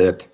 that